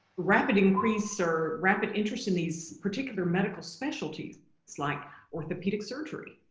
rapid increase or rapid interest in these particular medical specialties it's like orthopedic surgery,